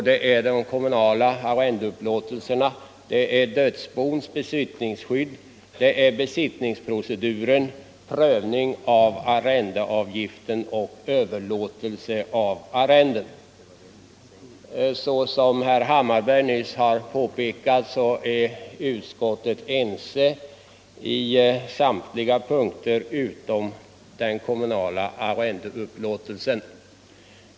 Det gäller de kommunala arrendeupplåtelserna, dödsbos besittningsskydd, besittningsproceduren, prövning av arrendeavgiften och överlåtelse av arrende. Såsom herr Hammarberg nyss påpekade är utskottet ense på samtliga punkter utom beträffande kommunala arrendeupplåtelser.